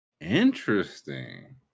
Interesting